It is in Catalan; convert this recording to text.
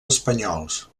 espanyols